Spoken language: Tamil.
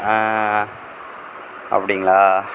அப்படிங்களா